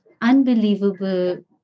unbelievable